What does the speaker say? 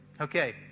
Okay